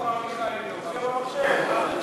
מופיע במחשב.